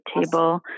table